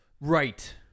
Right